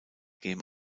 game